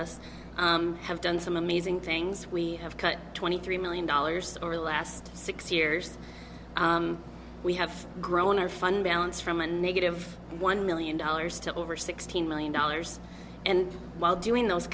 preceded us have done some amazing things we have cut twenty three million dollars our last six years we have grown our fund balance from a negative one million dollars to over sixteen million dollars and while doing those